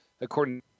According